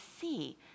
see